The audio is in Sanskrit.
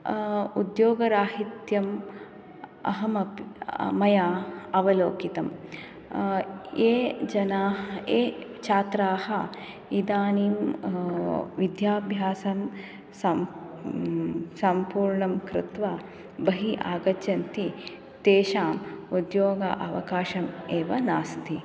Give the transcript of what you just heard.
उद्योगराहित्यम् अहमपि मया अवलोकितं ये जनाः ये छात्राः इदानीं विद्याभ्यासं सं सम्पूर्णं कृत्वा बहि आगच्छन्ति तेषाम् उद्योग अवकाशम् एव नास्ति